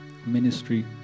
ministry